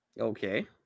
Okay